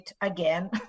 again